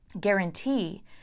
guarantee